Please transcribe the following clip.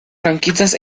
franquistas